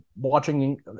watching